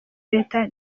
reta